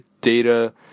data